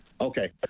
okay